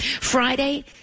Friday